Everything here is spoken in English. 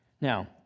Now